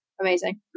Amazing